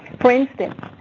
for instance,